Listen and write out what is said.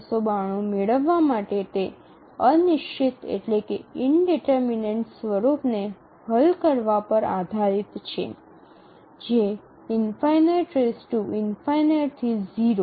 ૬૯૨ મેળવવા માટે તે અનિશ્ચિત સ્વરૂપને હલ કરવા પર આધારિત છે ∞∞ થી 0